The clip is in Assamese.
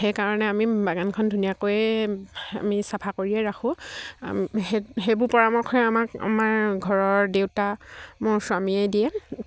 সেইকাৰণে আমি বাগানখন ধুনীয়াকৈয়ে আমি চাফা কৰিয়ে ৰাখোঁ সেই সেইবোৰ পৰামৰ্শই আমাক আমাৰ ঘৰৰ দেউতা মোৰ স্বামীয়ে দিয়ে